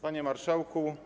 Panie Marszałku!